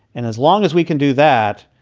and as long as we can do that,